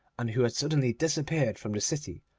and who had suddenly disappeared from the city,